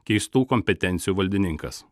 keistų kompetencijų valdininkas